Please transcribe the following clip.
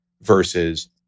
versus